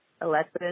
Alexis